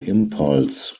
impulse